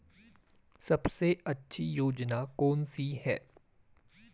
सबसे अच्छी योजना कोनसी है?